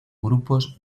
grupos